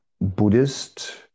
Buddhist